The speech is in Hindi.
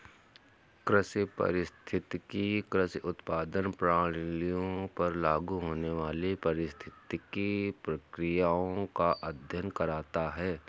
कृषि पारिस्थितिकी कृषि उत्पादन प्रणालियों पर लागू होने वाली पारिस्थितिक प्रक्रियाओं का अध्ययन करता है